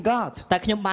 God